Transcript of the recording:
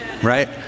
right